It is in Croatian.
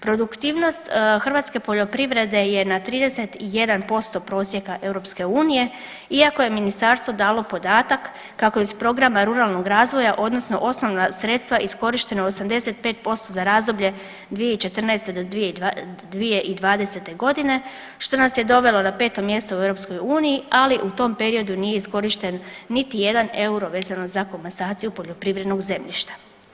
Produktivnost hrvatske poljoprivrede je na 31% prosjeka EU iako je ministarstvo dalo podatak kako iz Programa ruralnog razvoja odnosno osnovna sredstva iskorištena 85% za razdoblje 2014.-2020.g. što nas je dovelo na peto mjesto u EU, ali u tom periodu nije iskorišten niti jedan euro vezano za komasaciju poljoprivrednog zemljišta.